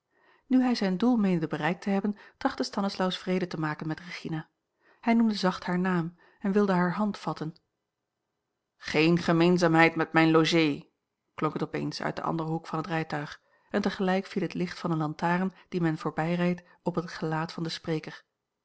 nu hij zijn doel meende bereikt te hebben trachtte stanislaus vrede te maken met regina hij noemde zacht haar naam en wilde hare hand vatten geene gemeenzaamheid met mijne logée klonk het op eens uit den anderen hoek van het rijtuig en tegelijk viel het licht van eene lantaarn die men voorbijreed op het gelaat van den spreker